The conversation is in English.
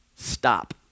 stop